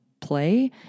play